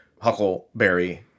Huckleberry